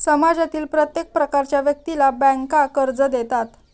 समाजातील प्रत्येक प्रकारच्या व्यक्तीला बँका कर्ज देतात